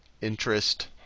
interest